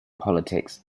politics